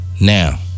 Now